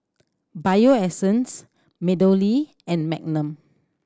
Bio Essence MeadowLea and Magnum